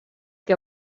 que